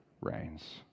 reigns